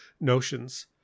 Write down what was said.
notions